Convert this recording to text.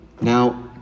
Now